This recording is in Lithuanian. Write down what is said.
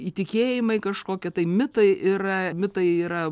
įtikėjimai kažkokie tai mitai yra mitai yra